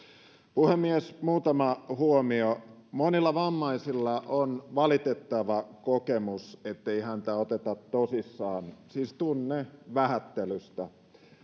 puhemies muutama huomio monilla vammaisilla on valitettava kokemus ettei heitä oteta tosissaan siis tunne vähättelystä